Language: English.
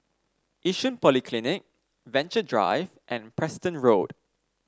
Yishun Polyclinic Venture Drive and Preston Road